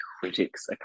critics